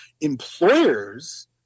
employers